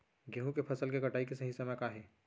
गेहूँ के फसल के कटाई के सही समय का हे?